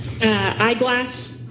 eyeglass